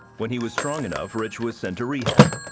when he was strong enough, rich was sent to rehab.